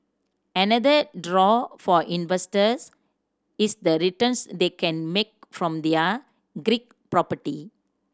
another draw for investors is the returns they can make from their Greek property